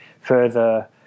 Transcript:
further